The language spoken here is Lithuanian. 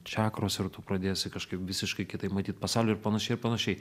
čakros ir tu pradėsi kažkaip visiškai kitaip matyt pasaulį ir panašiai ir panašiai